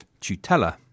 tutela